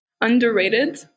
underrated